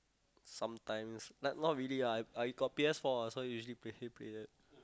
sometimes like not really lah I I got P_S four ah so I usually play play that